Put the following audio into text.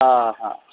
हॅं हॅं